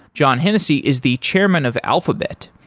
john hennessy is the chairman of alphabet.